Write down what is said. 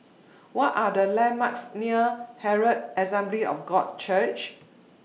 What Are The landmarks near Herald Assembly of God Church